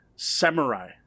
samurai